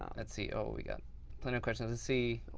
let's see. oh, we got plenty of questions to see.